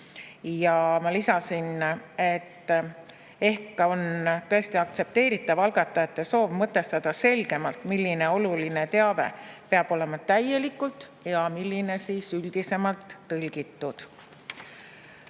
Ma lisasin, et ehk on tõesti aktsepteeritav algatajate soov mõtestada selgemalt, milline oluline teave peab olema täielikult ja milline üldisemalt tõlgitud.